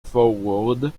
forward